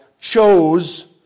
chose